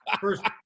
First